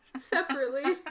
separately